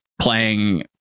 playing